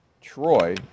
Troy